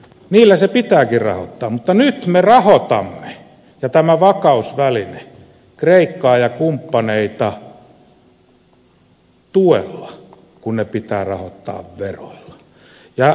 niillä se pitääkin rahoittaa mutta nyt me rahoitamme ja tämä vakausväline rahoittaa kreikkaa ja kumppaneita tuella kun niitä pitää rahoittaa veroilla